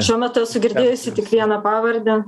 šiuo metu esu girdėjusi tik vieną pavardę